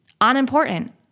unimportant